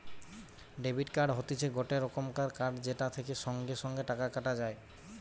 debit card হতিছে গটে রকমের কার্ড যেটা থেকে সঙ্গে সঙ্গে টাকা কাটা যায়